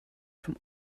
vom